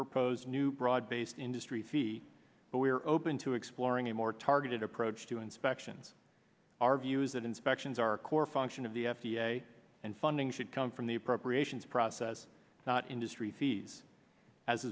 proposed new broad based industry fee but we are open to exploring a more targeted approach to inspections our view is that inspections are a core function of the f d a and funding should come from the appropriations process not industry fees as